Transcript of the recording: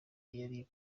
iri